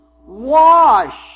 Wash